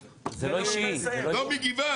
אנחנו גם מקבלים,